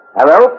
Hello